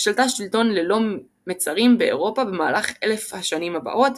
ששלטה שלטון ללא מצרים באירופה במהלך אלף שנים הבאות,